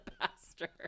Pastor